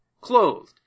clothed